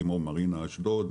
כמו מרינה אשדוד,